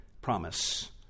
promise